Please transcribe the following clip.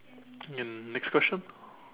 and next question